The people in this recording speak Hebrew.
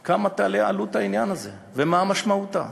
מה עלות העניין הזה ומה משמעותה,